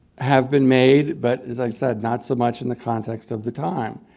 have been made, but as i've said, not so much in the context of the time.